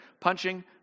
punching